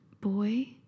boy